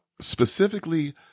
specifically